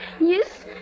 yes